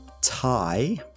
Tie